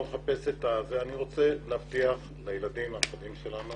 אני רוצה להבטיח לילדים ולנכדים שלנו